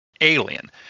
alien